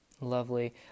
lovely